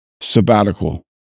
sabbatical